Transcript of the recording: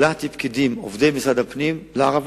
שלחתי פקידים עובדי משרד הפנים לערבה,